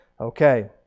Okay